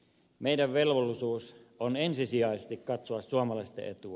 meidän velvollisuutemme on ensisijaisesti katsoa suomalaisten etua